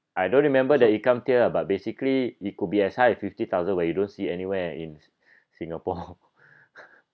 I don't remember the income tier but basically it could be as high fifty thousand but you don't see anywhere in in singapore